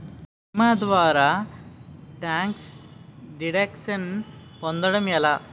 భీమా ద్వారా tax deduction పొందటం ఎలా?